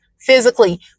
physically